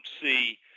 see